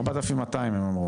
4,226 הם אמרו